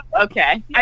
Okay